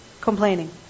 Complaining